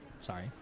Sorry